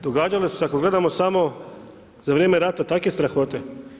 Događale su se ako gledamo samo za vrijeme rata takve strahote.